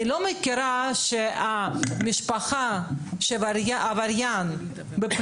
אני לא מכירה מצב שהמשפחה שהעבריין שנרצח על רקע